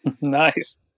nice